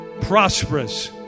prosperous